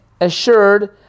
assured